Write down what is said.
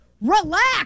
relax